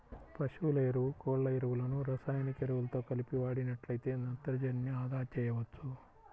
పశువుల ఎరువు, కోళ్ళ ఎరువులను రసాయనిక ఎరువులతో కలిపి వాడినట్లయితే నత్రజనిని అదా చేయవచ్చు